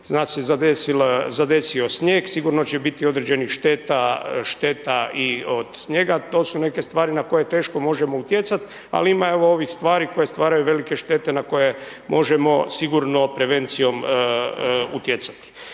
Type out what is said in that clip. nas je zadesio snijeg, sigurno će biti određenih šteta, šteta i od snijega, to su neke stvari na koje teško možemo utjecat, ali ima evo, ovih stvari koje stvaraju velike štete na koje možemo sigurno prevencijom utjecati.